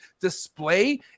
display